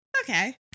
okay